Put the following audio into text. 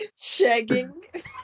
shagging